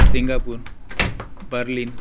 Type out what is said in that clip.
Singapore Berlin